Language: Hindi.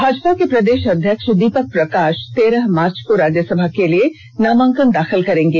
भाजपा के प्रदेष अध्यक्ष दीपक प्रकाष तेरह मार्च को राज्यसभा के लिए नामांकन दाखिल करेंगे